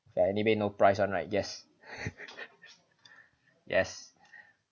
anyway no price on right yes yes